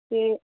ते